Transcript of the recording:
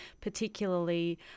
particularly